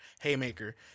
haymaker